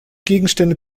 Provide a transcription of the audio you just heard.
gegenstände